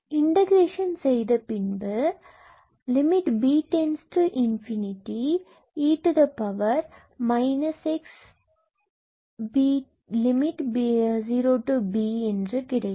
integration செய்த பின்பு lim𝐵→∞ e x0Bஇப்படி கிடைக்கும்